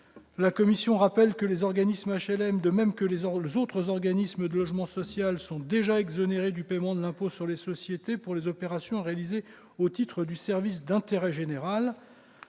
finances rappelle que les organismes HLM, de même que les autres organismes de logement social, sont déjà exonérés du paiement de l'impôt sur les sociétés pour les opérations réalisées au titre du service d'intérêt général.